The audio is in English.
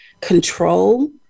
control